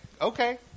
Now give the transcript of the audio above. okay